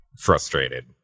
frustrated